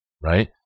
right